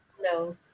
No